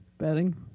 betting